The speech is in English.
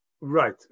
Right